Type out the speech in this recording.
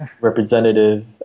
representative